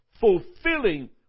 fulfilling